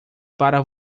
para